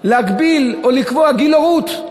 להגביל או לקבוע גיל הורות.